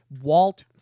Walt